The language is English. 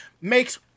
Makes